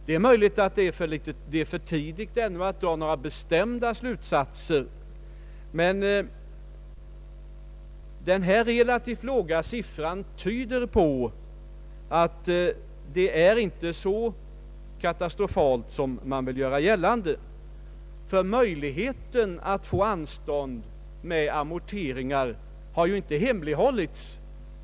Det är möjligt att det ännu är för tidigt att dra några bestämda slutsatser, men denna relativt låga siffra tyder på att läget inte är så katastrofalt som man vill göra gällande. Möjligheten att få anstånd med amorteringar har ju inte hemlighållits.